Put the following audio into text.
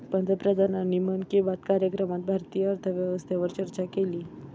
पंतप्रधानांनी मन की बात कार्यक्रमात भारतीय अर्थव्यवस्थेवर चर्चा केली